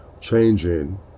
changing